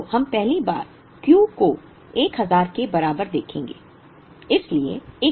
तो हम पहली बार Q को 1000 के बराबर देखेंगे